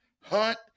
Hunt